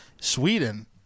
Sweden